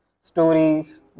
stories